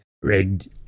rigged